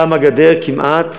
תמה הגדר, כמעט,